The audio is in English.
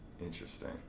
Interesting